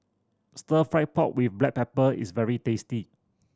Stir Fry pork with black pepper is very tasty